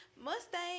Mustang